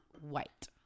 white